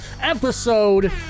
episode